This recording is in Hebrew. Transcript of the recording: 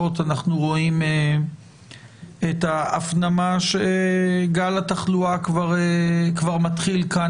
אנחנו רואים את ההפנמה שגל התחלואה כבר מתחיל כאן